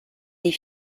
des